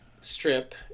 strip